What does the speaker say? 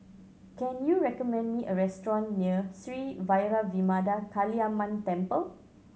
can you recommend me a restaurant near Sri Vairavimada Kaliamman Temple